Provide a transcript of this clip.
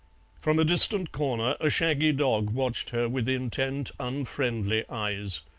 from a distant corner a shaggy dog watched her with intent unfriendly eyes